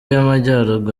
y’amajyaruguru